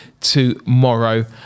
tomorrow